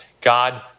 God